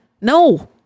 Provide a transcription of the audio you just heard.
no